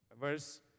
Verse